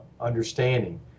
understanding